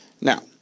Now